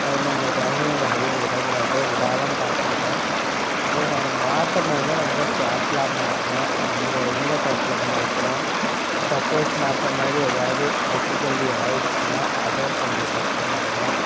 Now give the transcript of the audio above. அது நம்ம குழந்தைங்க யாரையும் விடக்கூடாது விடாமல் பார்த்துக்கணும் அப்புறம் நம்ம மாட்டும் போது ரொம்ப கேர்ஃபுலாக மாட்டணும் அந்த இந்த டைப்பில் மாட்டணும் சப்போஸ் மாற்றும் போது எதாவது டிஃபிகல்டி ஆகிடுச்சினா அதுவும் கொஞ்சம் கஷ்டமாகிடும்